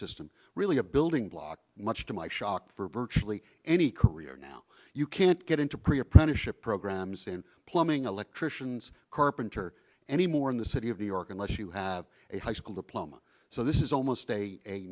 system really a building block much to my shock for virtually any career now you can't get into pre apprenticeship programs and plumbing electricians printer anymore in the city of new york unless you have a high school diploma so this is almost